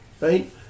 right